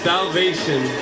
Salvation